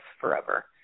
forever